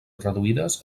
reduïdes